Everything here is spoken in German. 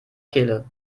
kehle